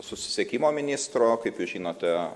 susisiekimo ministro kaip jūs žinote